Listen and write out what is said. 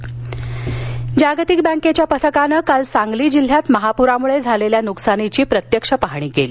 जागतिक बॅंक जागतिक बँकेच्या पथकानं काल सांगली जिल्ह्यात महापुरामुळे झालेल्या नुकसानीची प्रत्यक्ष पाहणी केली